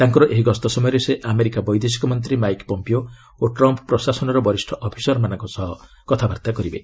ତାଙ୍କର ଏହି ଗସ୍ତ ସମୟରେ ସେ ଆମେରିକା ବୈଦେଶିକ ମନ୍ତ୍ରୀ ମାଇକ୍ ପମ୍ପିଓ ଓ ଟ୍ରମ୍ପ୍ ପ୍ରଶାସନର ବରିଷ୍ଠ ଅଫିସରମାନଙ୍କ ସହ କଥାବାର୍ତ୍ତା କରିବେ